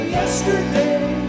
yesterday